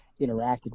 interacted